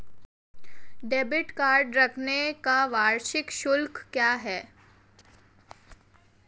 Debit card रखने का वार्षिक शुल्क क्या है?